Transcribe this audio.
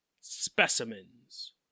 specimens